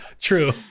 true